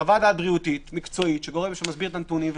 חוות דעת בריאותית מקצועית של גורם שמסביר את הנתונים.